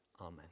amen